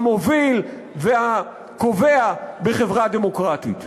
המוביל והקובע בחברה דמוקרטית.